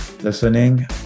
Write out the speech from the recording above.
listening